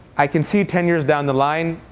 i can see ten years down the line,